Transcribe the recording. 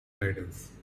guidance